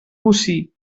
bocí